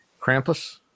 Krampus